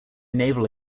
naval